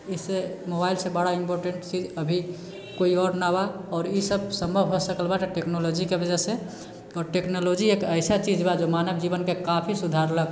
इससँ मोबाइलसँ बड़ा इम्पोर्टेन्ट चीज अभी केओ आओर नहि बा आओर ई सभसँ सम्भव भए सकल बा टेक्नोलोजीके वजहसँ आओर टेक्नोलोजी एक ऐसा चीज बा जे मानव जीवनके काफी सुधारलक